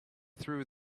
through